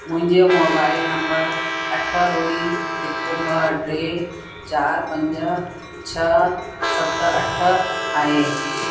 मुंहिंजो मोबाइल अठ ॿुड़ी हिकु ॿ टे चार पंज छह सत अठ आहे